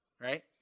right